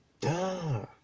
Duh